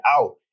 out